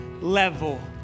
level